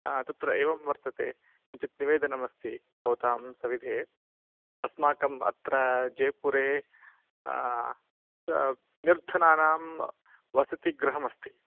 तत्र एवं वर्तते किञ्चित् निवेदनमस्ति भवतां सविधे अस्माकमत्र जयपुरे निर्धनानां वसतिगृहमस्ति